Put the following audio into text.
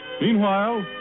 Meanwhile